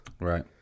Right